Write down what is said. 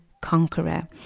conqueror